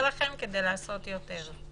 לכם כדי לעשות יותר?